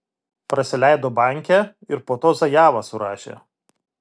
prasileido bankę ir po to zajavą surašė